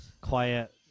quiet